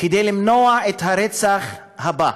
כדי למנוע את הרצח הבא.